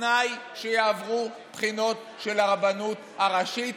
ובתנאי שיעברו בחינות של הרבנות הראשית.